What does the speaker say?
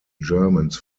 germans